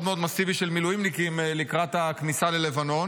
מאוד מסיבי של מילואימניקים לקראת הכניסה ללבנון,